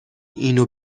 اینو